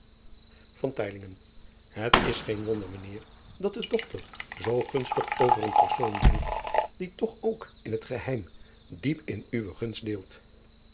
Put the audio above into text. et is geen wonder mijn eer dat de dochter zoo gunstig over een persoon denkt die toch ook in het geheim diep in uwe gunst deelt